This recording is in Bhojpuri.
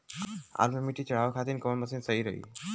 आलू मे मिट्टी चढ़ावे खातिन कवन मशीन सही रही?